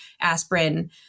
aspirin